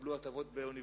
שיקבלו הטבות באוניברסיטה.